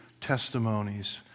testimonies